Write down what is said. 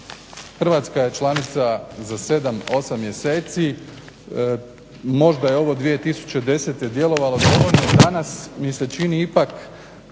Hrvatska je članica za 7, 8 mjeseci, možda je ovo 2010. djelovalo dovoljno, danas mi se čini ipak